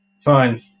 Fine